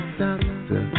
doctor